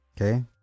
Okay